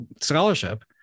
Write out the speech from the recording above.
scholarship